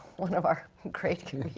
one of our great comedians,